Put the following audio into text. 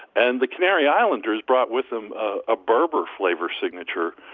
and the canary islanders brought with them a berber flavor signature